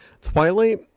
Twilight